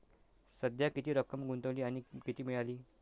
सध्या किती रक्कम गुंतवली आणि किती मिळाली